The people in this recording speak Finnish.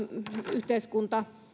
yhteiskunta